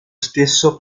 stesso